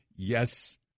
Yes